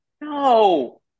no